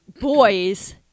boys